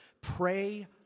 pray